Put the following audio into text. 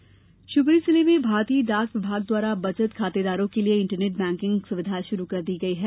डाकघर खाता शिवपुरी जिले में भारतीय डाक विभाग द्वारा बचत खातेदारों के लिये इंटरनेट बैंकिंग सुविधा शुरू कर दी गई है